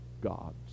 gods